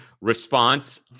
response